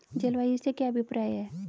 जलवायु से क्या अभिप्राय है?